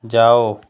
जाओ